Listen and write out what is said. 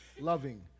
loving